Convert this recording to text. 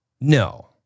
No